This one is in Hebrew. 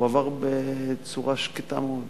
הוא עבר בצורה שקטה מאוד.